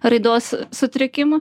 raidos sutrikimų